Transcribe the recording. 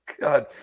God